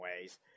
ways